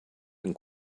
and